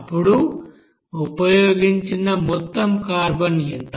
అప్పుడు ఉపయోగించిన మొత్తం కార్బన్ ఎంత